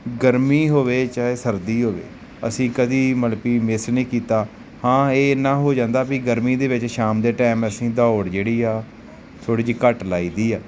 ਗਰਮੀ ਹੋਵੇ ਚਾਹੇ ਸਰਦੀ ਹੋਵੇ ਅਸੀਂ ਕਦੇ ਮਤਲਬ ਕਿ ਮਿਸ ਨਹੀਂ ਕੀਤਾ ਹਾਂ ਇਹ ਇੰਨਾ ਹੋ ਜਾਂਦਾ ਵੀ ਗਰਮੀ ਦੇ ਵਿੱਚ ਸ਼ਾਮ ਦੇ ਟਾਈਮ ਅਸੀਂ ਦੌੜ ਜਿਹੜੀ ਆ ਥੋੜ੍ਹੀ ਜਿਹੀ ਘੱਟ ਲਾਈ ਦੀ ਆ